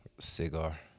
Cigar